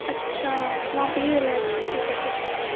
اچھا وہاں پہ یہ والا ہے اچھا ٹھیک ہے ٹھیک ہے